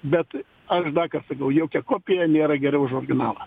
bet aš dakart sakau jokia kopija nėra geriau už originalą